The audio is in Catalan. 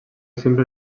simple